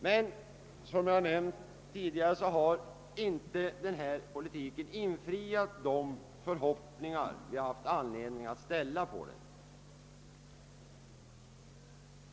Men som jag tidigare nämnt har denna politik inte infriat de förhoppningar vi haft anledning att ställa.